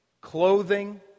clothing